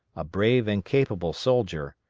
a brave and capable soldier,